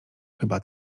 chyba